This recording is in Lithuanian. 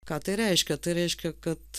ką tai reiškia tai reiškia kad